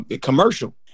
commercial